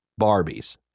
Barbies